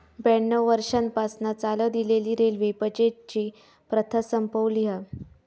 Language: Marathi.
ब्याण्णव वर्षांपासना चालत इलेली रेल्वे बजेटची प्रथा संपवली हा